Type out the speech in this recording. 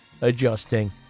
adjusting